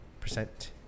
percent